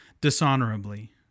dishonorably